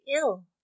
ill